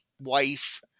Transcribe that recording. wife